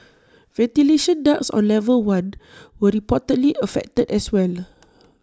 ventilation ducts on level one were reportedly affected as well